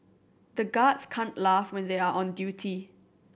the guards can't laugh when they are on duty